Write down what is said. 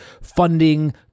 funding